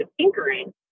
tinkering